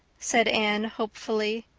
said anne hopefully.